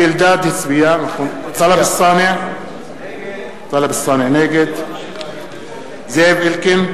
טלב אלסאנע, נגד זאב אלקין,